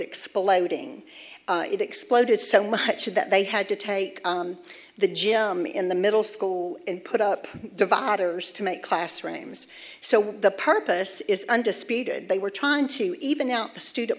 exploding it exploded so much that they had to take the gym in the middle school and put up dividers to make classrooms so the purpose is undisputed they were trying to even out the student